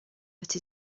but